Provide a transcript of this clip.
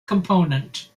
component